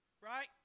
right